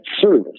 service